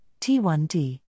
T1D